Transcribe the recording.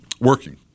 working